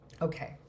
Okay